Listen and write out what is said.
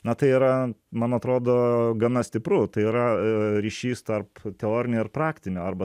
na tai yra man atrodo gana stipru tai yra ryšys tarp teorinio ir praktinio arba